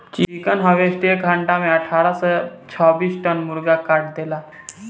chicken harvester एक घंटा में अठारह से छब्बीस टन मुर्गा काट देला